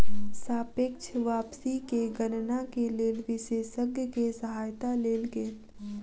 सापेक्ष वापसी के गणना के लेल विशेषज्ञ के सहायता लेल गेल